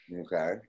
Okay